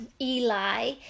Eli